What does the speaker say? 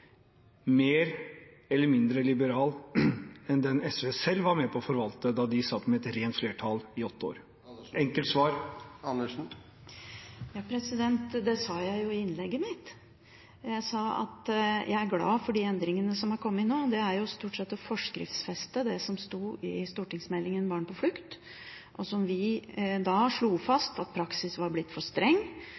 mer eller mindre liberal enn den SV selv var med på å forvalte da en satt med et rent flertall i åtte år? – Et enkelt svar. Det sa jeg jo i innlegget mitt. Jeg sa at jeg er glad for de endringene som er kommet nå. Det er stort sett å forskriftsfeste det som sto i stortingsmeldingen Barn på flukt, hvor vi slo fast at praksis var blitt for streng,